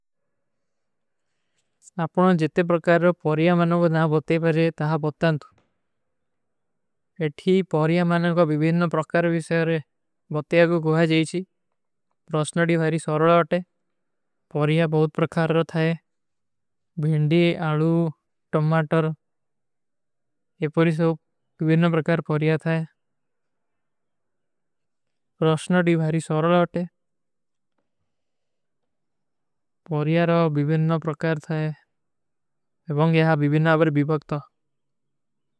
ଅପନୋଂ ଜିତେ ପ୍ରକାର ରୋ ପୌରିଯା ମାନୋଂ କୋ ନା ବତେ ବଜେ, ତହାଁ ବତ୍ତାନ୍ତୁ। ଏଠୀ ପୌରିଯା ମାନୋଂ କୋ ଭୀଭୀନ ନ ପ୍ରକାର ଵିଶ୍ଯାରେ ବତେ ଆଗୋ ଗୁହା ଜଈଚୀ। ପ୍ରସ୍ଣଡି ଭାରୀ ସ୍ଵରଲ ଆଟେ, ପୌରିଯା ବହୁତ ପ୍ରକାର ଥାଏ। ଭିଂଡି, ଆଲୂ, ଟମାଟର ଯେ ପୌରିଯା ସୋ ଭୀଭୀନ ପ୍ରକାର ପୌରିଯା ଥାଏ। ପ୍ରସ୍ଣଡି ଭାରୀ ସ୍ଵରଲ ଆଟେ, ପୌରିଯା ରୋ ଭୀଭୀନ ପ୍ରକାର ଥାଏ। ଏବଂଗ ଯହାଁ ଭୀଭୀନ ଆବର ବିବକ୍ତା।